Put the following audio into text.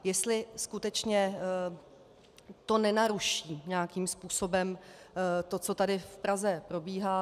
Jestli skutečně to nenaruší nějakým způsobem to, co tady v Praze probíhá.